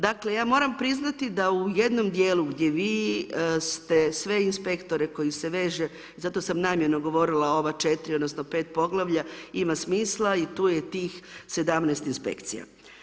Dakle ja moram priznati da u jednom dijelu gdje vi ste sve inspektore koji se vežete zato sam namjerno govorila o ova 4 odnosno, 5 poglavlja ima smisla i tu je tih 17 inspekcija.